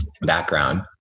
background